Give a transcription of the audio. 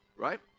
Right